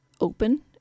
open